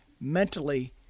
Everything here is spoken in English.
Mentally